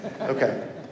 Okay